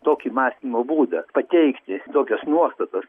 tokį mąstymo būdą pateikti tokias nuostatas